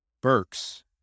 Burks